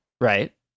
Right